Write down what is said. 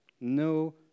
No